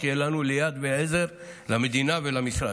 שתהיה לנו ליד ועזר למדינה ולמשרד.